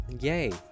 Yay